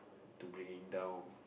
to bring it down